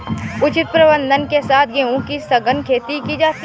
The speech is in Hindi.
उचित प्रबंधन के साथ गेहूं की सघन खेती की जाती है